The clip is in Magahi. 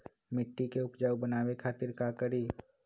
मिट्टी के उपजाऊ बनावे खातिर का करी?